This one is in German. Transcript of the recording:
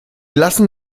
lassen